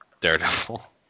Daredevil